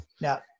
now